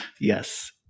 Yes